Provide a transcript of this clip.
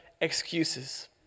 excuses